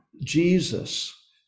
Jesus